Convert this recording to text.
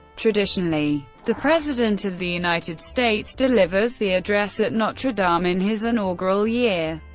traditionally, the president of the united states delivers the address at notre dame in his inaugural year,